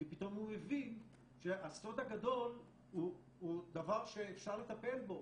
כי פתאום הוא הבין שהסוד הגדול הוא דבר שאפשר לטפל בו,